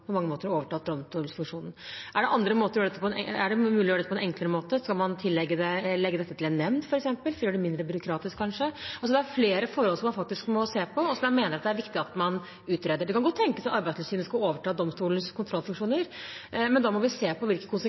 på mange måter har overtatt domstolsfunksjonene? Er det mulig å gjøre dette på en enklere måte? Skal man legge dette til en nemd, f.eks., som kanskje gjør det mindre byråkratisk? Det er flere forhold man faktisk må se på, og som jeg mener at det er viktig at man utreder. Det kan godt tenkes at Arbeidstilsynet skal overta domstolenes kontrollfunksjoner, men da må vi se på hvilke